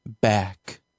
back